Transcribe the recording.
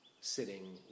sitting